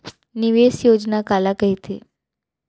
निवेश योजना काला कहिथे?